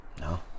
No